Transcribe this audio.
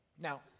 Now